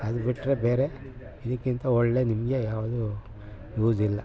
ಅದ್ಬಿಟ್ರೆ ಬೇರೆ ಇದಕ್ಕಿಂತ ಒಳ್ಳೆಯ ನಿಮಗೆ ಯಾವುದು ಯೂಸಿಲ್ಲ